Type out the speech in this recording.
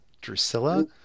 Drusilla